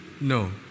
No